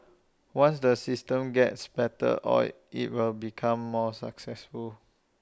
once the system gets better oiled IT will become more successful